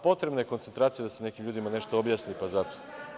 Potrebna je koncentracija da se nekim ljudima nešto objasni, pa zato.